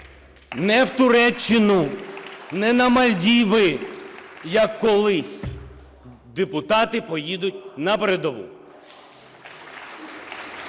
Не в Туреччину, не на Мальдіви, як колись. Депутати поїдуть на передову і